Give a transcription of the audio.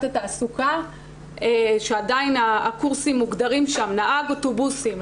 התעסוקה שעדיין הקורסים מוגדרים שם נהג אוטובוסים,